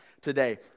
today